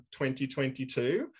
2022